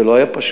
זה לא היה פשוט.